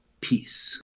Peace